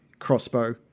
crossbow